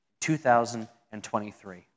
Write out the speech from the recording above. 2023